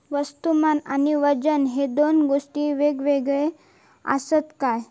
वस्तुमान आणि वजन हे दोन गोष्टी वेगळे आसत काय?